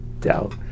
doubt